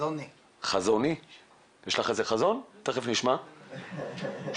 חתונה לא ניתן לדיחוי,